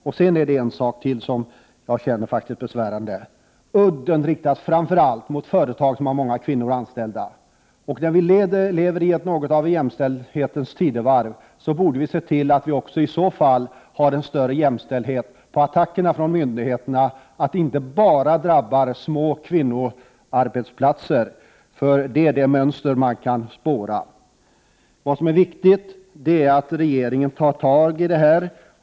Det är ytterligare en sak som jag tycker är besvärande: Udden riktas Prot. 1988/89:109 framför allt mot företag som har många kvinnor anställda. Vileverinågotav 8 maj 1989 ett jämställdhetens tidevarv, och vi borde i så fall se till att även attacker från myndigheterna präglas av större jämställdhet, dvs. att de inte bara drabbar små kvinnoarbetsplatser. Det är ett besvärande mönster man kan spåra. Det är viktigt att regeringen tar tag i det här.